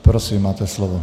Prosím, máte slovo.